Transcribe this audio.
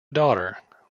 daughter